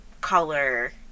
color